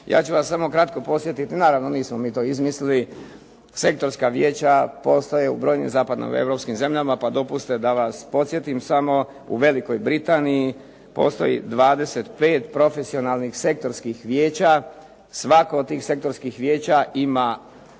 Ja ću vas samo kratko posjetiti. Naravno nismo to mi izmislili. Sektorska vijeća postoje u brojnim zapadnoeuropskim zemljama, pa dopustite da vas podsjetim smo u Velikoj Britaniji postoji 25 profesionalnih sektorskih vijeća. Svako od tih sektorskih vijeća ima